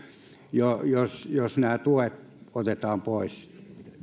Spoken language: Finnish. jos jos nämä tuet otetaan pois